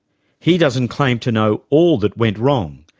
he doesn't claim to know all that went wrong,